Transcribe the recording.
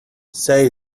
say